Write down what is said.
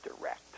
direct